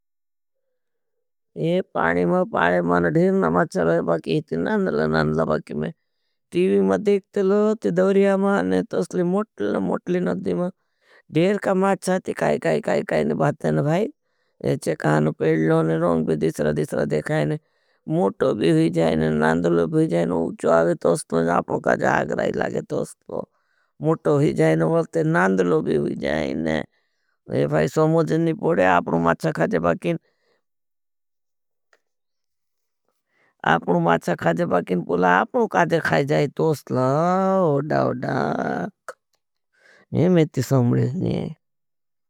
ये पाड़े ना व पाड़े ना मान धेर माच्छा रहे बागे, यह थी नांदला नांदला बागे में। टीवी मां देखते लो ती दोरिया मां ने तोसली मोटली नधी मां। धेर का माच्छा थी काई काई काई काई ने बाते ने भाई। दीसरो दीसरो देखाईल मोटलो भी हुई जाइन नन्दलों भी हुई जाइन। मोटलों भी हुई जाइन नांदलो भी हुई जाइन वो सुमझे नी पूड़े आपड़ो मच्छा का जा न बाकिन। आपड़ो मच्छा का जा न बाकिन पूला खा जाइन बाक़ी तोसला होडा होडा च च ये में टी समझ नी आये।